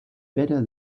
better